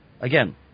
Again